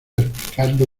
explicarlo